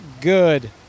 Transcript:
good